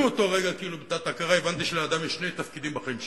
מאותו רגע כאילו בתת-ההכרה הבנתי שלאדם יש שני תפקידים בחיים שלו.